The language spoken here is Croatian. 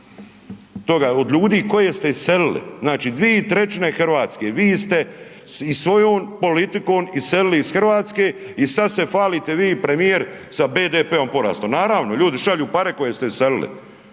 od ljudi koje ste iselili, znači 2/3 RH vi ste i svojom politikom iselili i RH i sad se falite vi premijer sa BDP porastom, naravno ljudi šalju pare koje ste iselili,